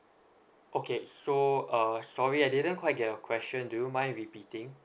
okay so err sorry I didn't quite get the question do you mind repeating